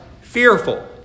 fearful